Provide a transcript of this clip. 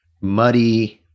muddy